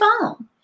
phone